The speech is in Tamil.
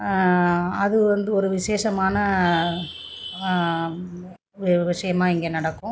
அது வந்து ஒரு விசேஷமான வெ ஒரு விஷயமாக இங்கே நடக்கும்